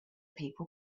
people